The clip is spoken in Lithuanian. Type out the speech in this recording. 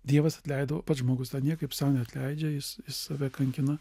dievas atleido pats žmogus niekaip sau neatleidžia jis jis save kankina